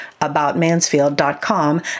aboutmansfield.com